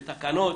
בתקנות,